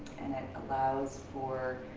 and it allows for